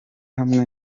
hamwe